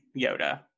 Yoda